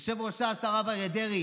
יושב-ראש ש"ס הרב אריה דרעי